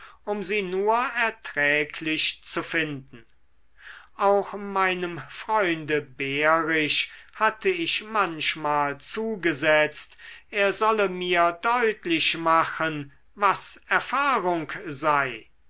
um sie nur erträglich zu finden auch meinem freunde behrisch hatte ich manchmal zugesetzt er solle mir deutlich machen was erfahrung sei